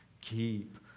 keep